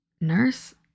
Nurse